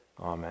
Amen